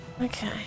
Okay